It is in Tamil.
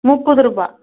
முப்பது ரூபாய்